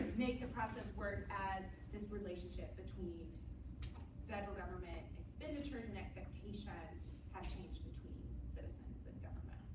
make the process work as this relationship between federal government expenditures and expectations have changed between citizens and government.